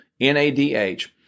NADH